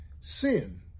sin